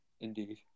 Indeed